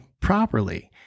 properly